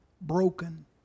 broken